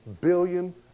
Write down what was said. billion